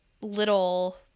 little